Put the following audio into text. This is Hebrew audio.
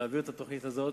כדי להעביר את התוכנית הזאת,